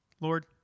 Lord